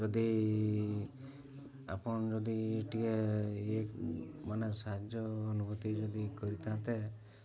ଯଦି ଆପଣ ଯଦି ଟିକେ ଇଏ ମାନେ ସାହାଯ୍ୟ ଅନୁଭୁତି ଯଦି କରିଥାନ୍ତେ